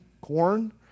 corn